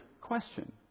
question